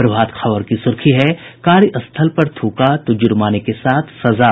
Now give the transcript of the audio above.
प्रभात खबर की सुर्खी है कार्यस्थल पर थूका तो जुर्माने के साथ सजा